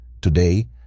Today